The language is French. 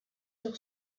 sur